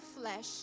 flesh